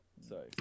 Sorry